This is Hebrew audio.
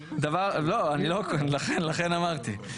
לא, אני לא, לכן אמרתי.